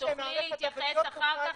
תוכלי להתייחס אחר כך,